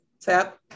tap